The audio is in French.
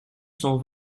cent